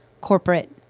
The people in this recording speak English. corporate